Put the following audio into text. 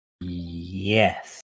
Yes